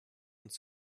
uns